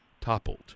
toppled